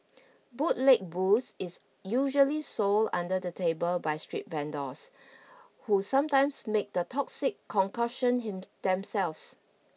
bootleg booze is usually sold under the table by street vendors who sometimes make the toxic concoction themselves